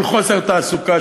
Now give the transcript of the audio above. של חוסר תעסוקה,